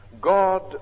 God